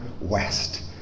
west